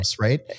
right